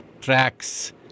tracks